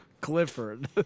Clifford